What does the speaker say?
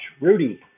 Rudy